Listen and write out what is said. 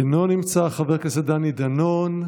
אינו נמצא, חבר הכנסת דני דנון,